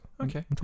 Okay